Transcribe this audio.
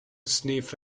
sniff